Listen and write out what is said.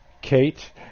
Kate